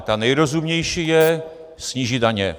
Ta nejrozumnější je snížit daně.